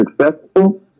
successful